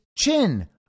chin